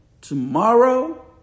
tomorrow